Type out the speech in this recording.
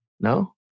No